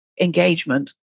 engagement